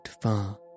far